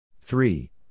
Three